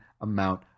amount